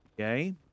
Okay